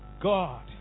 God